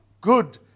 good